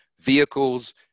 vehicles